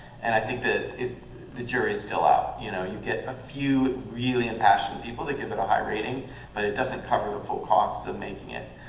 and i think that the jury's still out. you know you get a few really and passionate people that give it a high rating but it doesn't cover the full costs of making it.